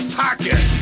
pocket